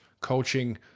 Coaching